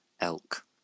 elk